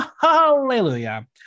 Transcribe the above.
Hallelujah